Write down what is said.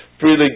freely